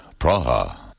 Praha